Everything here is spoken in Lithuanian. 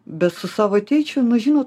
bet su savo tėčiu nu žinot